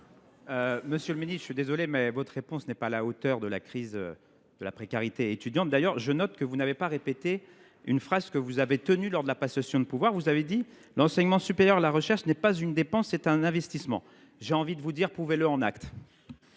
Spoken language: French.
Monsieur le ministre, je suis désolé, mais votre réponse n’est pas à la hauteur de la crise de la précarité étudiante. Je note d’ailleurs que vous n’avez pas repris ici une phrase que vous avez prononcée lors de la passation de pouvoirs : vous disiez alors que l’enseignement supérieur et la recherche, ce « n’est pas une dépense, c’est un investissement ». J’ai envie de vous dire : prouvez le en actes